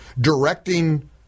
directing